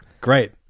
Great